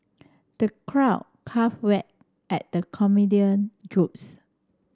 the crowd at the comedian jokes